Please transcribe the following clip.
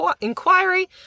inquiry